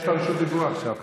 יש לך רשות דיבור עכשיו.